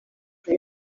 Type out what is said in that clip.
aho